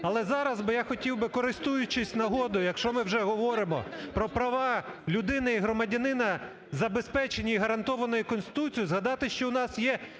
Але зараз я би хотів, користуючись нагодою, якщо ми вже говоримо про права людини і громадянами, забезпечені і гарантовані Конституцією, згадати, що у нас є